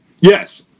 Yes